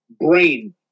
brain